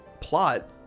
plot